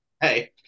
Hey